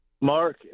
Mark